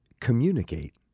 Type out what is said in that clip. communicate